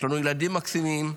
יש לנו ילדים מקסימים,